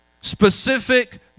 specific